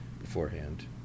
beforehand